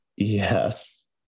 Yes